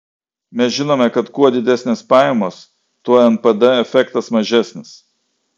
mes žinome kad kuo didesnės pajamos tuo npd efektas mažesnis